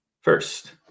first